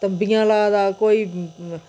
तम्बियां ला दा कोई